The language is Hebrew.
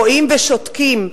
רואים ושותקים,